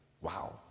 wow